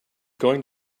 going